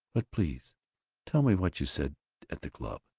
but please tell me what you said at the club.